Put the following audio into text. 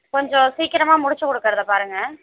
கொஞ்சம் சீக்கிரமா முடிச்சு கொடுக்குறத பாருங்க